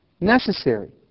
necessary